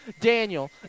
Daniel